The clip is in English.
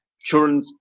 children